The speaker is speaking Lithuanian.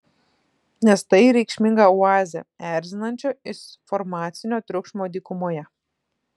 nes tai reikšminga oazė erzinančio informacinio triukšmo dykumoje